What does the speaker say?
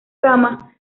cama